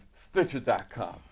Stitcher.com